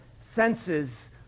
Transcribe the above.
senses